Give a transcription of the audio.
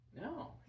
No